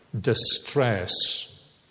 distress